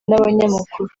n’abanyamakuru